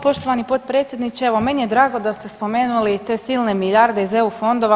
Hala poštovani potpredsjedniče, evo meni je drago da ste spomenuli te silne milijarde iz EU fondova.